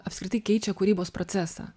apskritai keičia kūrybos procesą